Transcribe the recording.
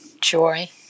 joy